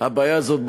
הבעיה הזאת,